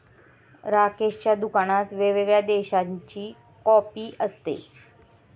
राकेशच्या दुकानात वेगवेगळ्या देशांची कॉफी मिळते